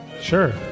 Sure